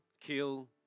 kill